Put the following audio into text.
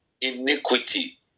iniquity